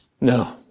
No